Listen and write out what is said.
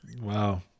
Wow